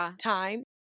time